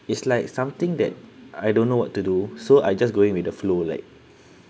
it's like something that I don't know what to do so I just going with the flow like